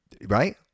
right